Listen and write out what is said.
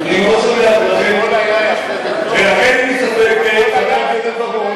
אני מאוד שמח ולכן,